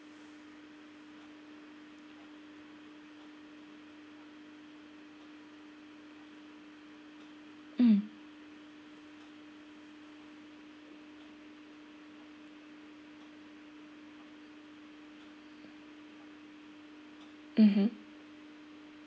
mm mmhmm